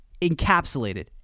encapsulated